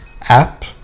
app